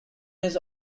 his